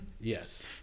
Yes